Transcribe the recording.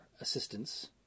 assistance